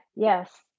Yes